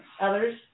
others